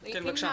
כן, בבקשה.